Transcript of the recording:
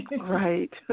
right